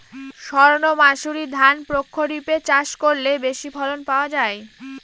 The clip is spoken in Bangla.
সর্ণমাসুরি ধান প্রক্ষরিপে চাষ করলে বেশি ফলন পাওয়া যায়?